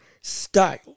style